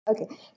Okay